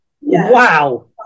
Wow